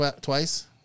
twice